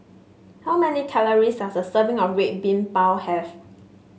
how many calories does a serving of Red Bean Bao have